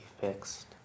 fixed